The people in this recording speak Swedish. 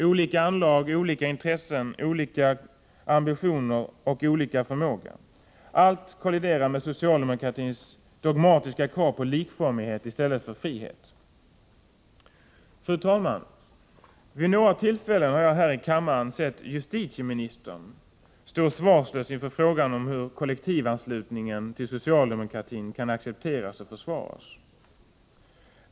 Olika anlag, olika intressen, olika ambitioner och olika förmåga —- allt kolliderar med socialdemokratins dogmatiska krav på likformighet i stället för frihet. Fru talman! Vid några tillfällen har jag här i kammaren sett justitieministern stå svarslös inför frågan hur kollektivanslutningen till socialdemokratin kan accepteras och försvaras.